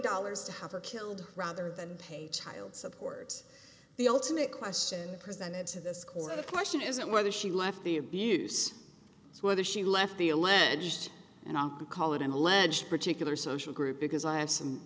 dollars to have her killed rather than pay child support the ultimate question presented to this court the question isn't whether she left the abuse it's whether she left the alleged and i call it an alleged particular social group because i had some